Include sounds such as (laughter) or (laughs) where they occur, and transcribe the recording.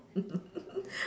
(laughs)